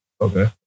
Okay